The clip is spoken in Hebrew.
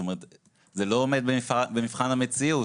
זה לא עומד במבחן המציאות.